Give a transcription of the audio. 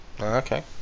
okay